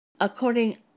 according